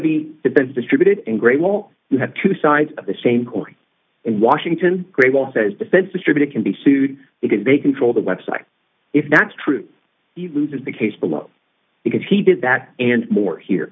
the defense distributed and great wall you have two sides of the same court in washington great wall says defense distributed can be sued because they control the website if that's true loses the case below because he did that and more here